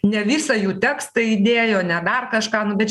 ne visą jų tekstą įdėjo ne dar kažką nu bet